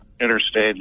Interstate